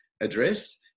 address